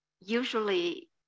Usually